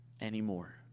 anymore